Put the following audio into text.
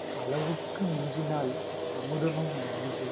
அளவுக்கு மிஞ்சினால் அமுதமும் நஞ்சு